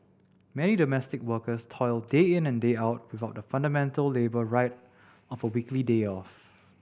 many domestic workers toil day in and day out without the fundamental labour right of a weekly day off